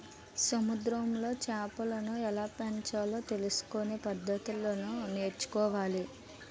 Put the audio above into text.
సముద్రములో చేపలను ఎలాపెంచాలో తెలుసుకొనే పద్దతులను నేర్చుకోవాలి